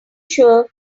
sure